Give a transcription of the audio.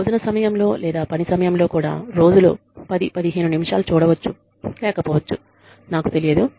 భోజన సమయంలో లేదా పని సమయంలో కూడా రోజులో 10 15 నిమిషాలు చూడవచ్చు లేకపోవచ్చు నాకు తెలియదు